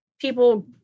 people